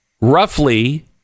roughly